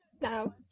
no